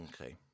Okay